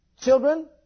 Children